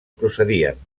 procedien